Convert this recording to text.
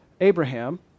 Abraham